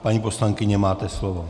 Paní poslankyně, máte slovo.